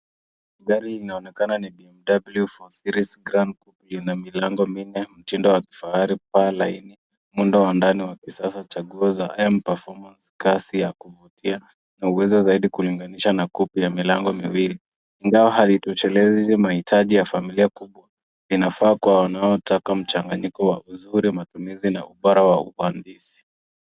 Gari linaonekana ni BMW 4 Series Gran Coupe . Lina milango minne, mtindo wa kifahari, paa laini, muundo wa ndani wa kisasa, chaguo za M Performance , kasi ya kuvutia na uwezo zaidi kulinganisha na Coupe ya milango miwili. Ingawa haitoshelezi mahitaji ya familia kubwa, inafaa kwa wanaotaka mchanganyiko wa uzuri, matumizi na ubora wa uhandisi.